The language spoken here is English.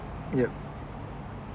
yup